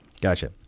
Gotcha